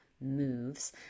moves